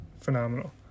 phenomenal